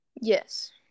yes